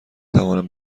توانم